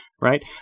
right